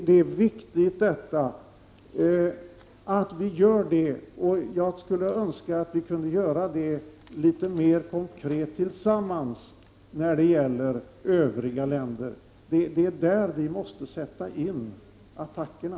Det är viktigt att vi gör detta, och jag skulle önska att vi kunde göra det litet mer konkret tillsammans när det gäller övriga länder. Det är där vi måste sätta in attackerna.